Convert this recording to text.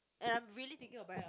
and I'm really thinking of buying a